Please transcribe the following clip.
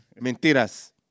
mentiras